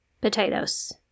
potatoes